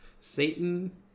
Satan